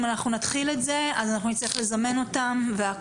אם נתחיל את זה נצטרך לזמן אותם וזה